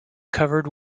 covered